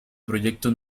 proyecto